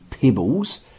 Pebbles